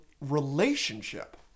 relationship